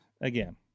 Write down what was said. again